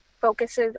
focuses